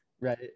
right